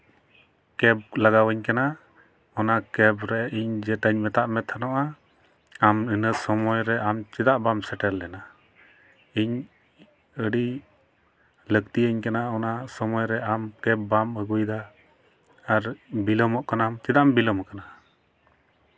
cab ᱞᱟᱜᱟᱣᱟᱹᱧ ᱠᱟᱱᱟ ᱚᱱᱟ ᱠᱮᱵᱽ ᱨᱮ ᱤᱧ ᱡᱮᱴᱟᱧ ᱢᱮᱛᱟᱜ ᱢᱮ ᱛᱟᱦᱮᱱᱚᱜᱼᱟ ᱟᱢ ᱤᱱᱟᱹ ᱥᱚᱢᱚᱭ ᱨᱮ ᱟᱢ ᱪᱮᱫᱟᱜ ᱵᱟᱢ ᱥᱮᱴᱮᱨ ᱞᱮᱱᱟ ᱤᱧ ᱟᱹᱰᱤ ᱞᱟᱹᱠᱛᱤᱭᱟᱹᱧ ᱠᱟᱱᱟ ᱟᱢ ᱚᱱᱟ ᱥᱚᱢᱚᱭ ᱨᱮ ᱟᱢ ᱠᱮᱵᱽ ᱵᱟᱢ ᱟᱹᱜᱩᱭᱮᱫᱟ ᱟᱨ ᱵᱤᱞᱚᱢᱚᱜ ᱠᱟᱱᱟᱢ ᱪᱮᱫᱟᱜ ᱮᱢ ᱵᱤᱞᱚᱢ ᱠᱟᱱᱟ